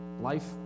Life